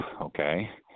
okay